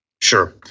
Sure